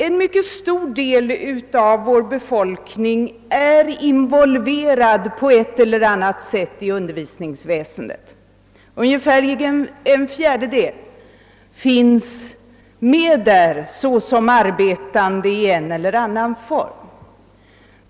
En mycket stor del av vår befolkning är på något sätt involverad i undervisningsväsendet; ungefärligen en fjärdedel finns med där såsom arbetande i en eller annan form.